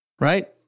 right